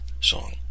song